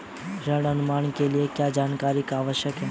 ऋण अनुमान के लिए क्या जानकारी आवश्यक है?